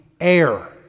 air